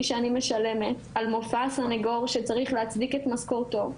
שאני משלמת על מופע הסניגור שצריך להצדיק את משכורתו,